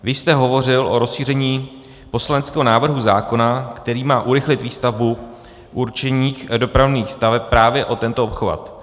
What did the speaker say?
Vy jste hovořil o rozšíření poslaneckého návrhu zákona, který má urychlit výstavbu určených dopravních staveb, právě o tento obchvat.